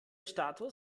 status